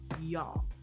y'all